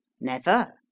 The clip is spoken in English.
Never